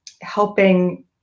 helping